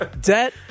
debt